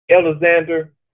Alexander